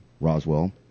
Roswell